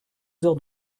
heures